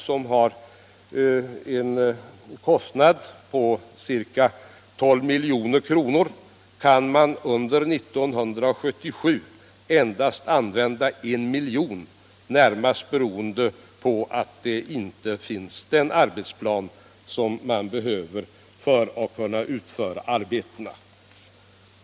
Av de 12 milj.kr. som projektet beräknas kosta kan man under år 1977 använda endast 1 milj.kr., närmast beroende på att det inte finns den arbetsplan som behövs för att man skall kunna utföra arbetena.